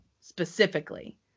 specifically